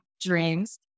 dreams